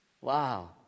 Wow